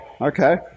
Okay